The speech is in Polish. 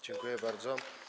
Dziękuję bardzo.